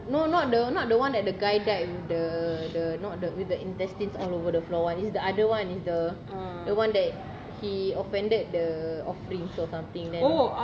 no not the not the one that the guy died with the the not with the intestines all over the floor one it's the other one is the the one that he offended the offerings or something then